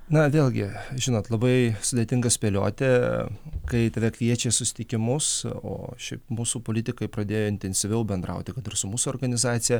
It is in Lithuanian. na vėlgi žinot labai sudėtinga spėlioti kai tave kviečia į susitikimus o šiaip mūsų politikai pradėjo intensyviau bendrauti kad ir su mūsų organizacija